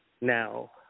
Now